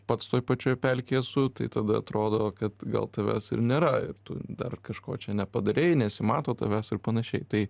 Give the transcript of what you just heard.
pats toj pačioj pelkėj esu tai tada atrodo kad gal tavęs ir nėra ir tu dar kažko čia nepadarei nesimato tavęs ir panašiai tai